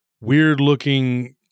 weird-looking